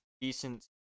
decent